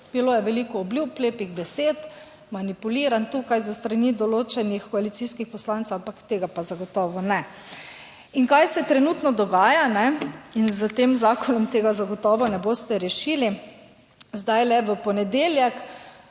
Bilo je veliko obljub, lepih besed, manipuliran tukaj s strani določenih koalicijskih poslancev, ampak tega pa zagotovo ne. In kaj se trenutno dogaja, in s tem zakonom tega zagotovo ne boste rešili. Zdaj le v ponedeljek.